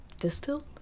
distilled